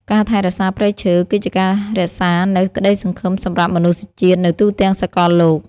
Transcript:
ការថែរក្សាព្រៃឈើគឺជាការរក្សានូវក្តីសង្ឃឹមសម្រាប់មនុស្សជាតិនៅទូទាំងសកលលោក។ការថែរក្សាព្រៃឈើគឺជាការរក្សានូវក្តីសង្ឃឹមសម្រាប់មនុស្សជាតិនៅទូទាំងសកលលោក។